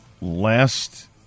last